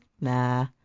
nah